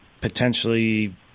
potentially